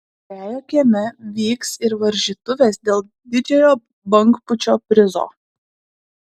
žvejo kieme vyks ir varžytuvės dėl didžiojo bangpūčio prizo